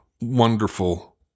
wonderful